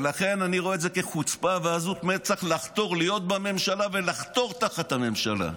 לכן אני רואה את זה כחוצפה ועזות מצח להיות בממשלה ולחתור תחת הממשלה.